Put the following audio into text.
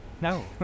No